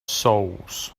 souls